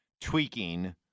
tweaking